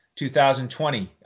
2020